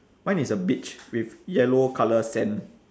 mine is a beach with yellow colour sand